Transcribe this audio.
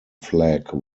flag